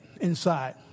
inside